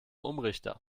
umrichter